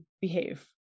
behave